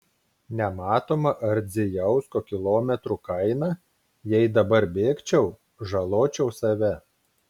nematoma ardzijausko kilometrų kaina jei dabar bėgčiau žaločiau save